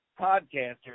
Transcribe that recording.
podcaster